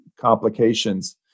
complications